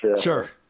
Sure